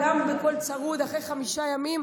גם בקול צרוד אחרי חמישה ימים,